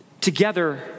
together